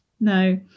No